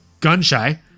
gun-shy